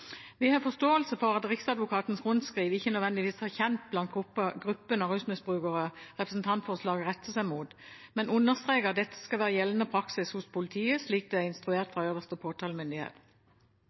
Vi har forståelse for at Riksadvokatens rundskriv ikke nødvendigvis er kjent blant gruppen av rusmisbrukere representantforslaget retter seg mot, men understreker at dette skal være gjeldende praksis hos politiet, slik det er instruert fra